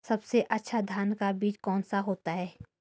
सबसे अच्छा धान का बीज कौन सा होता है?